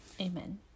amen